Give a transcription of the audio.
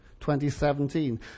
2017